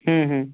হুম হুম